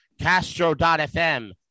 Castro.fm